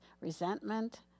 resentment